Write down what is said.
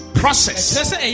process